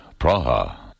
Praha